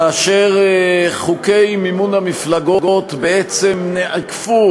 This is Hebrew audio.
כאשר חוקי מימון המפלגות בעצם נעקפו